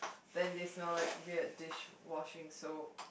then they smell like weird dish washing soap